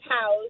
house